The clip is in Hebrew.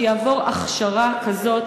שיעבור הכשרה כזאת,